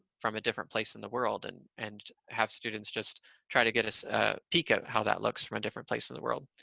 from a different place in the world, and and have students just try to get a so a peek of how that looks from a different place in the world.